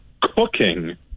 cooking